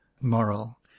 Moral